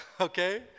okay